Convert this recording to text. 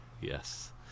yes